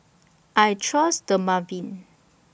I Trust Dermaveen